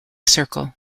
circle